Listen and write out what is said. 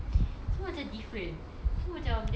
abeh lebih sedap ke tak